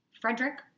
Frederick